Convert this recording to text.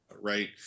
Right